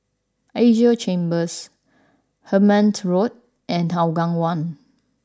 Asia Chambers Hemmant Road and Hougang One